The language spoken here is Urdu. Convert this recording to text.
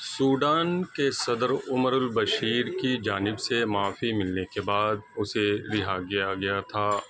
سوڈان کے صدر عمر البشیر کی جانب سے معافی ملنے کے بعد اسے رہا کیا گیا تھا